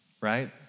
right